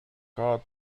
god